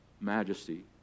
majesty